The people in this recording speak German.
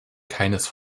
keines